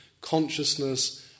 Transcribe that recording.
consciousness